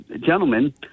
gentlemen